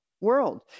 world